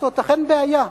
זאת אכן בעיה,